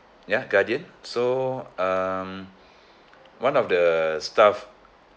ya guardian so um one of the staff